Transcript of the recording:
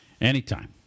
Anytime